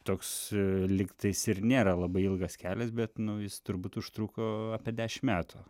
toks lygtais ir nėra labai ilgas kelias bet nu jis turbūt užtruko apie dešim metų